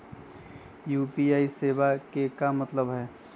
UPI सेवा के का मतलब है?